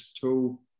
tool